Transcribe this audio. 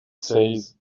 says